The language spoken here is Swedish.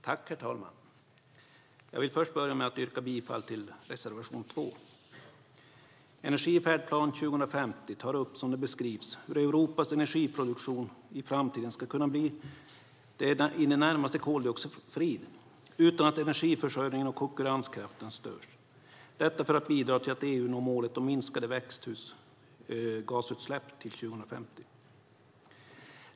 Herr talman! Jag vill börja med att yrka bifall till reservation 2. Energifärdplan för 2050 tar upp, som det beskrivs, hur Europas energiproduktion i framtiden ska kunna bli i det närmaste koldioxidfri, utan att energiförsörjningen och konkurrenskraften störs, för att bidra till att EU når målet om minskade växthusgasutsläpp till 2050.